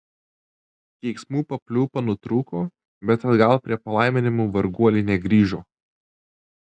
keiksmų papliūpa nutrūko bet atgal prie palaiminimų varguolė negrįžo